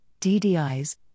DDIs